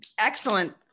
excellent